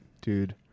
dude